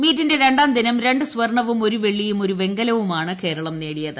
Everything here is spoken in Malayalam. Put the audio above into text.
മീറ്റിന്റെ രണ്ടാം ദിനം രണ്ട് സ്വർണവും ഒരു വെള്ളിയും ഒരു വെങ്കലവുമാണ് കേരളം നേടിയത്